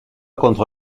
contre